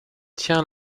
tiens